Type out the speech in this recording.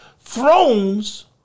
thrones